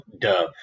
Dove